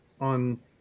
on